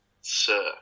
sir